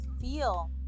feel